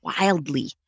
wildly